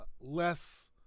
less